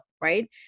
Right